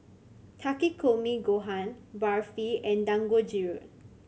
Takikomi Gohan Barfi and Dangojiru